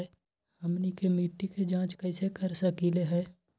हमनी के मिट्टी के जाँच कैसे कर सकीले है?